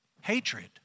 Hatred